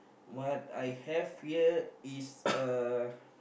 what I have here is a